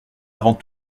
avant